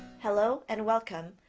hello and welcome!